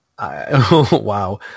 Wow